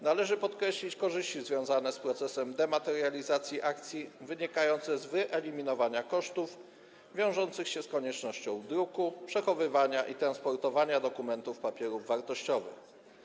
Należy podkreślić korzyści związane z procesem dematerializacji akcji, wynikające z wyeliminowania kosztów wiążących się z koniecznością druku, przechowywania i transportowania dokumentowych papierów wartościowych.